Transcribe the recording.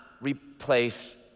replace